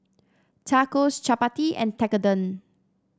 Tacos Chapati and Tekkadon